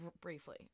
briefly